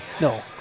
No